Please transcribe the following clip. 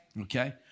Okay